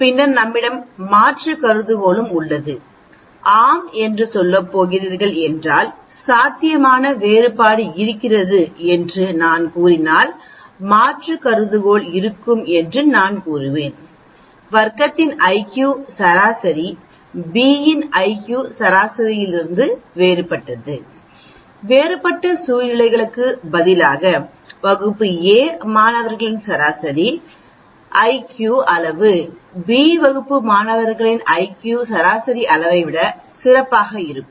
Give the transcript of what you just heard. பின்னர் நம்மிடம் மாற்று கருதுகோளும் உள்ளது ஆம் என்று சொல்லப் போகிறீர்கள் என்றால் சாத்தியமான வேறுபாடு இருக்கிறது என்று நான் கூறினால் மாற்று கருதுகோள் இருக்கும் என்று நான் கூறுவேன் வர்க்கத்தின் IQ சராசரி b இன் IQ சராசரியிலிருந்து வேறுபட்டது வேறுபட்ட சூழ்நிலைக்கு பதிலாக வகுப்பு a மாணவர்களின் சராசரி IQ அளவு b வகுப்பு மாணவர்களின் சராசரி அளவைவிட சிறப்பாக இருக்கும்